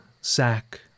sack